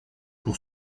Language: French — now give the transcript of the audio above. pour